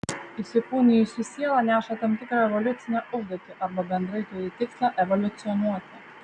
įsikūnijusi siela neša tam tikrą evoliucinę užduotį arba bendrai turi tikslą evoliucionuoti